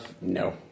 no